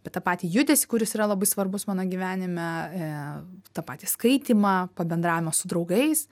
bet tą patį judesį kuris yra labai svarbus mano gyvenime tą patį skaitymą pabendravimą su draugais